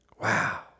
Wow